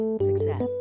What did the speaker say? Success